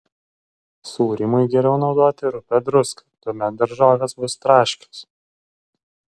sūrymui geriau naudoti rupią druską tuomet daržovės bus traškios